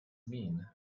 mean